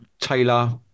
Taylor